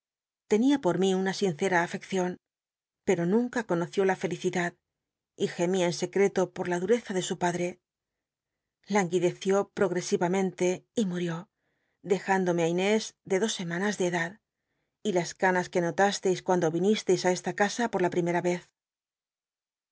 por mi una sincera afeccion pero nunca conoció la felicidad y gemia en secreto por la duesi amenle y reza de su padre languideció ptogr murió dcjündome í inés de dos semanas de edad y las canas que notásleis cuando vinisteis á esta casa por la primeea vez